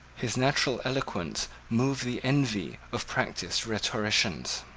his natural eloquence moved the envy of practiced rhetoricians.